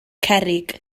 cerrig